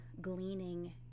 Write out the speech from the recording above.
gleaning